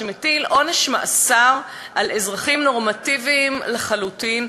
שמטיל עונש מאסר על אזרחים נורמטיביים לחלוטין,